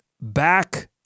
back